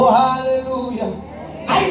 hallelujah